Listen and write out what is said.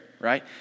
right